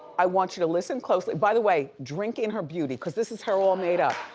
i want you to listen closely, by the way, drink in her beauty, cause this is her all made up,